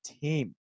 team